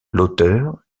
l’auteur